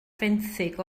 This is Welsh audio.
fenthyg